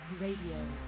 Radio